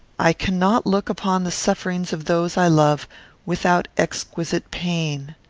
i cannot look upon the sufferings of those i love without exquisite pain.